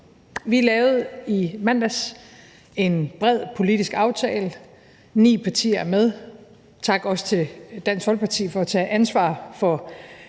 Vi lavede i mandags en bred politisk aftale, som ni partier er med i, og jeg vil også sige tak til Dansk Folkeparti for at tage ansvar for